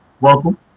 welcome